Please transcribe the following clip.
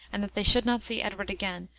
and that they should not see edward again,